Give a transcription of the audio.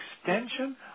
extension